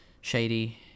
shady